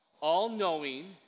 all-knowing